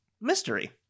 mystery